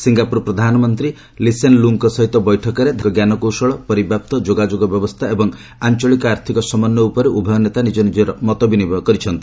Singapore ପ୍ରଧାନମନ୍ତ୍ରୀଙ୍କ Lee Hsien ଲୁଙ୍ଗଙ୍କ ସହିତ ବୈଠକରେ ଧାର୍ମିକ ଜ୍ଞାନକୌଶଳ ପରିବ୍ୟାପ୍ତ ଯୋଗାଯୋଗ ବ୍ୟବସ୍ଥା ଏବଂ ଆଞ୍ଚଳିକ ଆର୍ଥକ ସମନ୍ୱୟ ଉପରେ ଉଭୟ ନେତା ନିଜ ନିଜର ମତ ବିନିମୟ କରିଛନ୍ତି